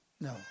no